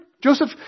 Joseph